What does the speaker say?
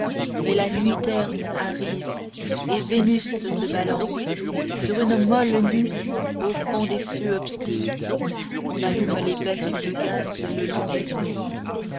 et la nuit terne arrive et vénus se balance sur une molle nue au fond des cieux obscurs on allume les becs de gaz le long des murs